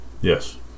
Yes